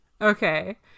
Okay